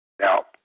Now